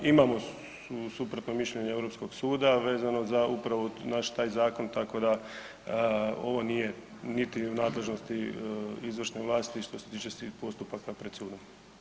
Imamo suprotno mišljenje od Europskog suda vezano za upravo znači taj zakon tako da ovo nije niti u nadležnosti izvršne vlasti što se tiče svih postupaka pred sudom.